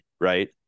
right